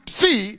see